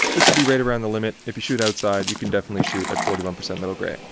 this would be right around the limit. if you shoot outside, you can definitely shoot at forty one percent middle grey.